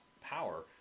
power